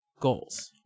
goals